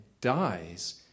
dies